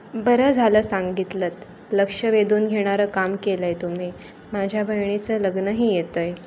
बरं झालं सांगितलंत लक्ष वेधून घेणारं काम केलं आहे तुम्ही माझ्या बहिणीचं लग्नही येत आहे